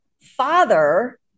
father